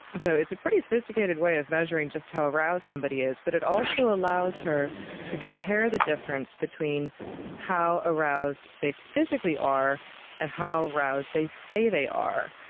so it's a pretty sophisticated way of measuring just how aroused somebody is, but it also allows her to compare the difference between how aroused they physically are and how aroused they say they are.